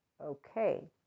okay